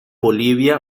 bolivia